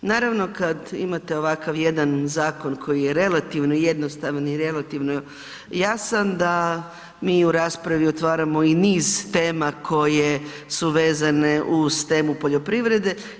Naravno, kad imate ovakav jedan zakon koji je relativno jednostavni i relativno jasan, da mi u raspravi otvaramo i niz tema koje su vezanu uz temu poljoprivrede.